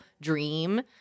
dream